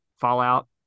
Fallout